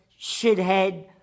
shithead